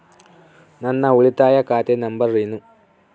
ನನ್ನ ಉಳಿತಾಯ ಖಾತೆ ನಂಬರ್ ಏನು?